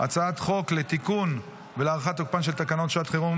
אני קובע כי הצעת חוק לתיקון ולהארכת תוקפן של תקנות שעת חירום